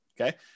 okay